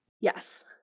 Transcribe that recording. Yes